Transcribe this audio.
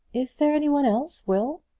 is there any one else, will?